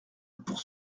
pour